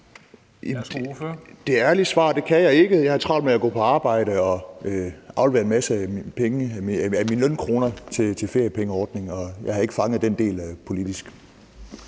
Det ærlige svar er, at det kan jeg ikke – jeg havde travlt med at gå på arbejde og aflevere en masse af mine lønkroner til feriepengeordningen, og jeg havde ikke fanget den del politisk.